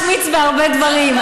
אפשר להשמיץ בהרבה דברים.